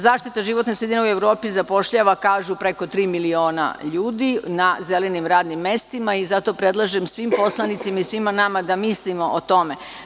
Zaštita životne sredine u Evropi zapošljava, kažu preko tri miliona ljudi na zelenim radnima mestima i zato predlažem svim poslanicima i svima nama da mislimo o tome.